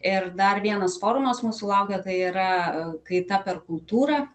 ir dar vienas forumas mūsų laukia tai yra kaita per kultūrą